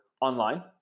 online